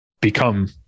become